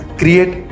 create